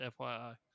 FYI